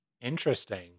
interesting